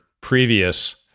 previous